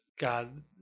god